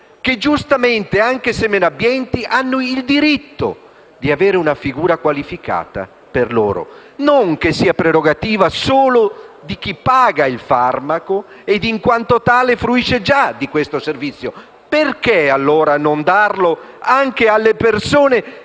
che, giustamente, anche se meno abbienti, hanno il diritto di avere una figura qualificata, così che non si tratti di una prerogativa solo di chi paga il farmaco e, in quanto tale, fruisce già di questo servizio. Perché non prevederlo anche per le persone